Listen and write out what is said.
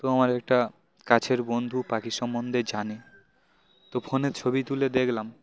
তো আমার একটা কাছের বন্ধু পাখি সম্বন্ধে জানে তো ফোনে ছবি তুলে দেখলাম